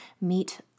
meet